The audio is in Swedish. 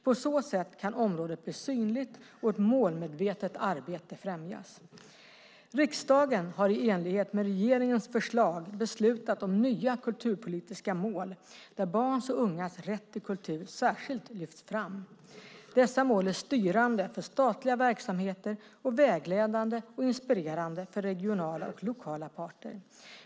På så sätt kan området bli synligt och ett målmedvetet arbete främjas. Riksdagen har i enlighet med regeringens förslag beslutat om nya kulturpolitiska mål där barns och ungas rätt till kultur särskilt lyfts fram. Dessa mål är styrande för statliga verksamheter och vägledande och inspirerande för regionala och lokala parter.